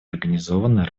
организованной